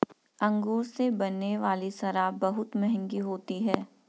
अंगूर से बनने वाली शराब बहुत मँहगी होती है